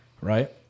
right